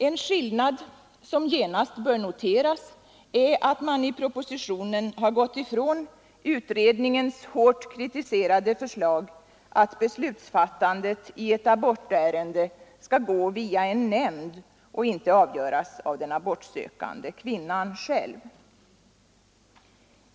En skillnad som genast bör noteras är att man i propositionen gått ifrån utredningens hårt kritiserade förslag att beslutsfattandet i ett abortärende skall gå via en nämnd och inte avgöras av den abortsökande kvinnan själv.